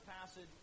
passage